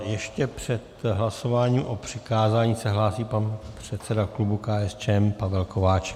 Ještě před hlasováním o přikázání se hlásí pan předseda klubu KSČM Pavel Kováčik.